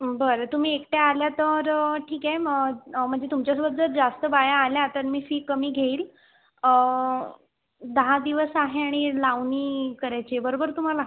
बरं तुम्ही एकट्या आल्या तर ठीक आहे मग म्हणजे तुमच्यासोबत जर जास्त बाया आल्या तर मी फी कमी घेईल दहा दिवस आहे आणि लावणी करायची आहे बरोबर तुम्हाला